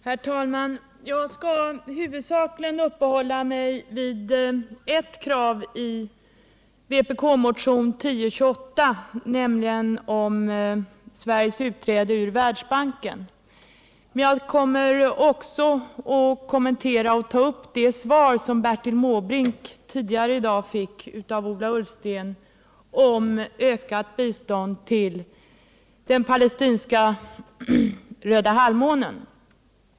Herr talman! Jag skall huvudsakligen uppehålla mig vid ett krav i vpkmotionen 1028, nämligen om Sveriges utträde ur Världsbanken. Men jag kommer också att kommentera det svar som Bertil Måbrink tidigare i dag fick av Ola Ullsten om ökat bistånd till den palestinska Röda halvmånen.